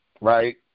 right